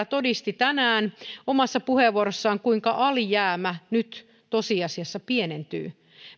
todisti omassa puheenvuorossaan kuinka alijäämä nyt tosiasiassa pienentyy